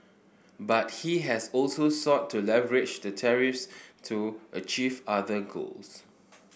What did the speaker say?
but he has also sought to leverage the tariffs to achieve other goals